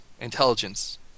intelligence